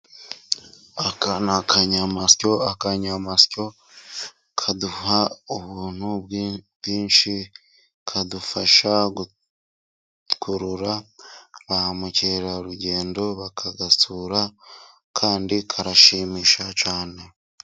Aka ni akanyayamasyo. akanyayamasyo kaduha ubuntu bwinshi， kadufasha gukurura ba mukerarugendo bakagasura， kandi karashimisha cyane.